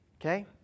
okay